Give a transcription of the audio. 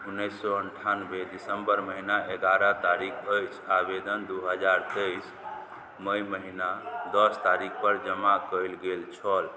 उनैस सओ अनठानवे दिसम्बर महिना एगारह तारिख अछि आवेदन दुइ हजार तेइस मइ महिना दस तारीखपर जमा कएल गेल छल